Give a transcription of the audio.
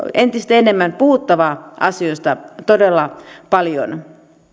entistä enemmän puhuttava asioista todella paljon